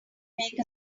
make